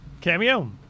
Cameo